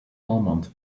almond